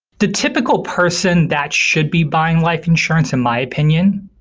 the typical person that should be buying life insurance in my opinion,